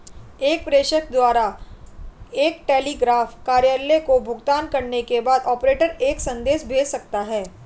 एक प्रेषक द्वारा एक टेलीग्राफ कार्यालय को भुगतान करने के बाद, ऑपरेटर एक संदेश भेज सकता है